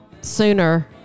sooner